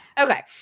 Okay